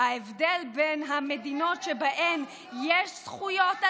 ההבדל בין המדינות שבהן יש זכויות על